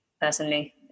personally